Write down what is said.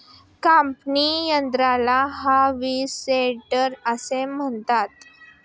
कापणी यंत्राला हार्वेस्टर असे म्हणतात